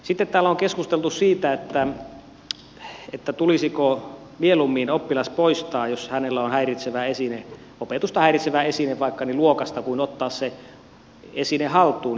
sitten täällä on keskusteltu siitä tulisiko mieluummin oppilas poistaa luokasta jos hänellä vaikka on opetusta häiritsevä esine kuin ottaa se esine haltuun